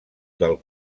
del